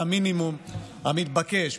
זה המינימום המתבקש,